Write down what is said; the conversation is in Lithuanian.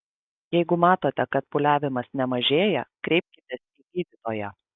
jeigu matote kad pūliavimas nemažėja kreipkitės į gydytoją